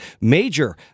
major